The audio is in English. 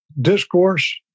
Discourse